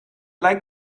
like